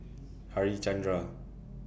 Harichandra